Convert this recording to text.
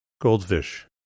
Goldfish